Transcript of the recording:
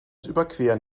überqueren